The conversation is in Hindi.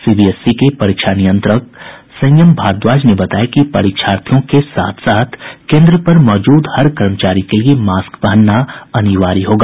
सीबीएसई के परीक्षा नियंत्रक संयम भारद्वाज ने बताया कि परीक्षार्थियों के साथ साथ केन्द्र पर मौजूद हर कर्मचारी के लिए मास्क पहनना अनिवार्य होगा